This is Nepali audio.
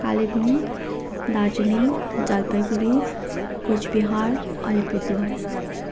कालेबुङ दार्जिलिङ जलपाइगुडी कोचबिहार अलिपुरद्वार